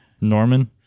Norman